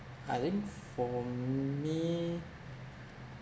I think f~ for m~ me